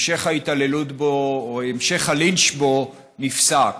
המשך ההתעללות בו או המשך הלינץ' בו נפסק.